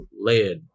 Lead